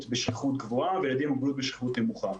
בשכיחות גבוהה וילדים עם מוגבלות בשכיחות נמוכה.